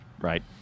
right